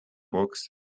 box